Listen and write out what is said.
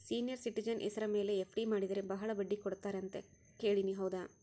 Senior citizen ಹೆಸರ ಮೇಲೆ FD ಮಾಡಿದರೆ ಬಹಳ ಬಡ್ಡಿ ಕೊಡ್ತಾರೆ ಅಂತಾ ಕೇಳಿನಿ ಹೌದಾ?